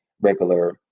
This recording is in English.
regular